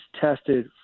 tested